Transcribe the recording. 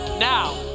Now